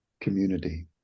community